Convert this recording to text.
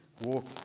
Walk